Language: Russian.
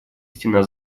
стена